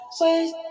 wait